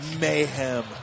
mayhem